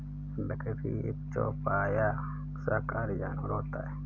बकरी एक चौपाया शाकाहारी जानवर होता है